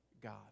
God